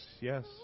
Yes